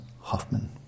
Hoffman